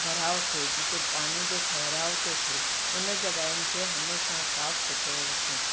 भराव थिए जिते पाणीअ जो ठहिराउ थो थिए उन जॻहियुनि खे हमेशह साफ़ु सुथिरो रखूं